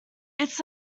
its